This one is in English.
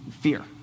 fear